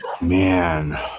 Man